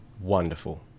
wonderful